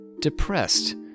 depressed